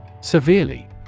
Severely